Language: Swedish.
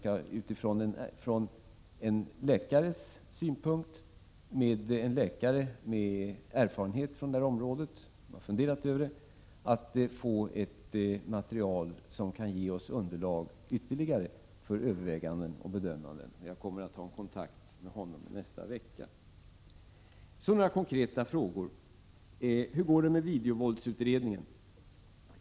Jag gör detta för att vi från en läkare med erfarenhet på det här området skall få ett material som kan ge oss ytterligare underlag för olika överväganden och bedömanden. Så till några konkreta frågor! Hur går det med videovåldsutredningen?